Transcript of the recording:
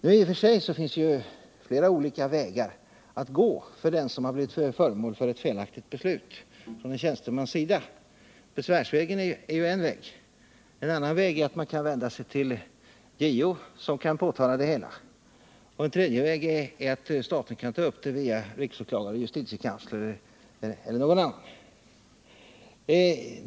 I och för sig finns flera olika vägar att gå för den som har blivit föremål för ett felaktigt beslut från en tjänstemans sida. Besvärsvägen är en väg. En annan väg är att man kan vända sig till JO, som kan påtala det hela. En tredje väg är att staten kan ta upp fallet via riksåklagaren, justitiekanslern eller någon annan.